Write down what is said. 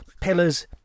pillars